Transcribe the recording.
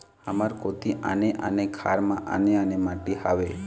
हमर कोती आने आने खार म आने आने माटी हावे?